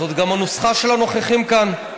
זאת גם הנוסחה של הנוכחים כאן.